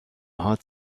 هات